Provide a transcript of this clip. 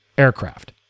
aircraft